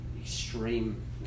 extreme